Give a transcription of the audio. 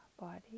body